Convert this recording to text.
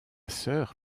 sœur